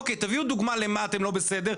תביאו דוגמה איפה אתם לא בסדר?